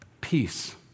peace